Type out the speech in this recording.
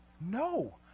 No